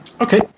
Okay